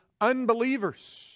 unbelievers